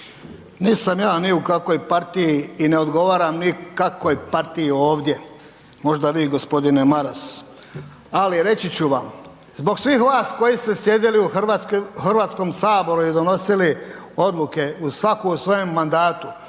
Nisam ja ni u kakvoj partiji i ne odgovaram nikakvoj partiji ovdje, možda vi gospodine Maras. Ali reći ću vam, zbog svih vas koji ste sjedili u Hrvatskom saboru i donosili odluke u svatko u svojem mandatu,